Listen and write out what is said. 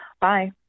Bye